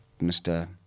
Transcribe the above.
Mr